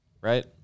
right